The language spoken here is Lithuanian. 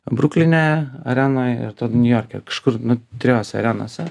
brukline arenoj niujorke kažkur trijose arenose